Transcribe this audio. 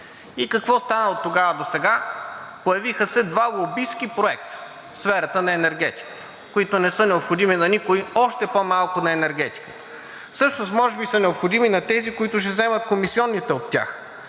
Какво става оттогава досега? Появиха се два лобистки проекта в сферата на енергетиката, които не са необходими на никого, още по-малко на енергетиката. Всъщност може би са необходими на тези, които ще вземат комисионите от тях.